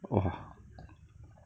!wah!